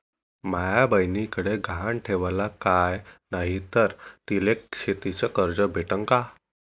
माया बयनीकडे गहान ठेवाला काय नाही तर तिले शेतीच कर्ज भेटन का?